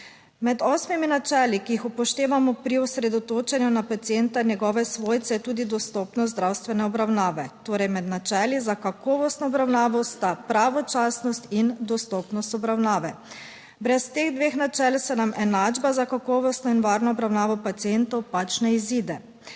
Med osmimi načeli, ki jih upoštevamo pri osredotočanju na pacienta, njegove svojce, je tudi dostopnost zdravstvene obravnave, torej med načeli za kakovostno obravnavo sta pravočasnost in dostopnost obravnave. Brez teh dveh načel se nam enačba za kakovostno in varno obravnavo pacientov pač ne izide.